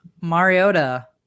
Mariota